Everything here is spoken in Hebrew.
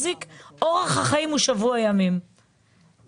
אורך החיים הוא שבוע ימים גג,